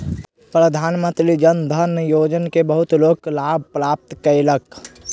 प्रधानमंत्री जन धन योजना के बहुत लोक लाभ प्राप्त कयलक